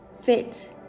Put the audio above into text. fit